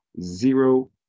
zero